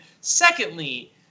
Secondly